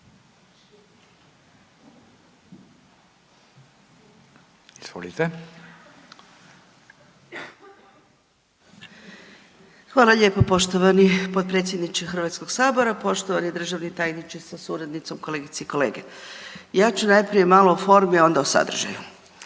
Hvala lijepo poštovani potpredsjedniče HS-a, poštovani državni tajniče sa suradnicom, kolegice i kolege. Ja ću najprije malo o formi, a onda o sadržaju.